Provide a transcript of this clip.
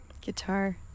Guitar